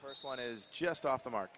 first one is just off the mark